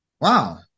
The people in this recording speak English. wow